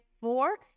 four